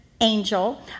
Angel